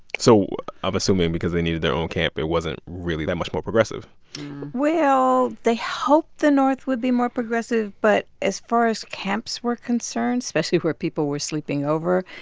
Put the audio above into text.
so i'm assuming because they needed their own camp, it wasn't really that much more progressive well, they hoped the north would be more progressive. but as far as camps were concerned, especially where people were sleeping over,